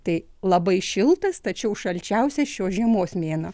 tai labai šiltas tačiau šalčiausia šios žiemos mėnuo